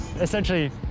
essentially